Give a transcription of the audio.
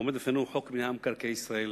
עומד לפנינו חוק מינהל מקרקעי ישראל